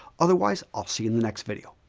otherwise, i'll see you in the next video.